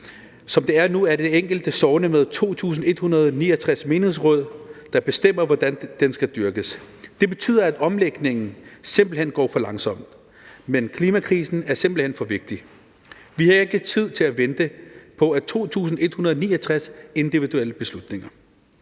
Som det er nu, er det de enkelte sogne og 2.169 menighedsråd, der bestemmer, hvordan det skal dyrkes. Det betyder, at omlægningen simpelt hen går for langsomt. Men klimakrisen er for vigtig; vi har ikke tid til at vente på 2.169 individuelle beslutninger.